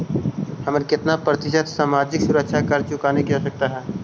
हमारा केतना प्रतिशत सामाजिक सुरक्षा कर चुकाने की आवश्यकता हई